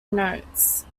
notes